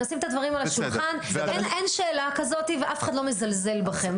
נשים את הדברים על השולחן: אין שאלה כזאת ואף אחד לא מזלזל בכם.